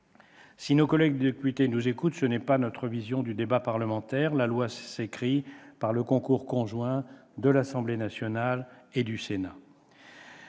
Si nos collègues députés nous écoutent, telle n'est pas notre vision du débat parlementaire : la loi s'écrit par le concours conjoint de l'Assemblée nationale ... et du Sénat